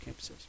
campuses